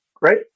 right